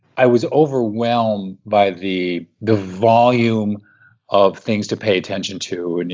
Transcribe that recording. i was overwhelmed by the the volume of things to pay attention to. and